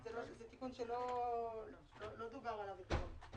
תודה רבה גם ליועץ המשפטי איל.